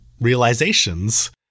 realizations